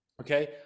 Okay